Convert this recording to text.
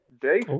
Dave